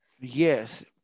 Yes